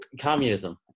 communism